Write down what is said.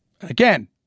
again